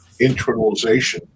internalization